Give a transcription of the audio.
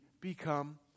become